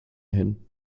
hin